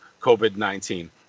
COVID-19